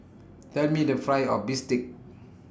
Tell Me The Price of Bistake